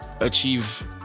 Achieve